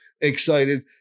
excited